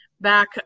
back